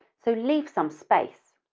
so leave some space.